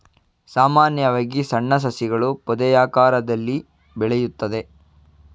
ಸಾಮಾನ್ಯವಾಗಿ ಸಣ್ಣ ಸಸಿಗಳು ಪೊದೆಯಾಕಾರದಲ್ಲಿ ಬೆಳೆಯುತ್ತದೆ